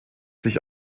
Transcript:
sich